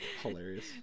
Hilarious